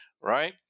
right